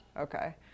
Okay